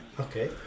Okay